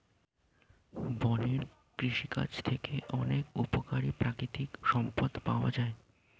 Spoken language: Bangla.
বনের কৃষিকাজ থেকে অনেক উপকারী প্রাকৃতিক সম্পদ পাওয়া যায়